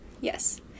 Yes